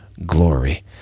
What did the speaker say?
glory